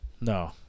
No